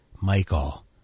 michael